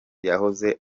yahoze